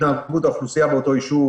התנהגות האוכלוסייה באותו יישוב.